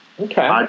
Okay